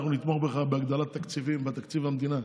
אנחנו נתמוך בך בהגדלת תקציבים בתקציב המדינה.